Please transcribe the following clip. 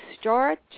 start